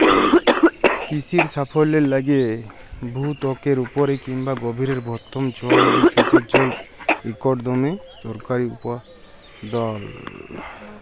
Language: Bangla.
কিসির সাফল্যের লাইগে ভূত্বকের উপরে কিংবা গভীরের ভওম জল এবং সেঁচের জল ইকট দমে দরকারি উপাদাল